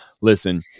listen